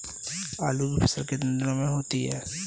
आलू की फसल कितने दिनों में होती है?